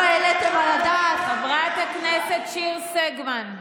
חברת הכנסת שיר סגמן.